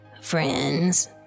Friends